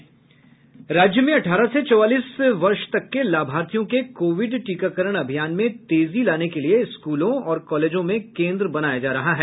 राज्य में अठारह से चौवालीस वर्ष तक के लाभार्थियों के कोविड टीकाकरण अभियान में तेजी लाने के लिए स्कूलों और कॉलेजों में केन्द्र बनाया जा रहा है